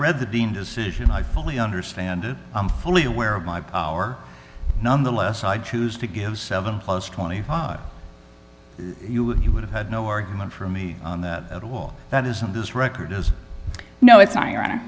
read the beam decision i fully understand it i'm fully aware of my power nonetheless i choose to give seven plus twenty five dollars you would you would have had no argument from me on that at all that is on this record is no it's